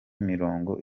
mirongo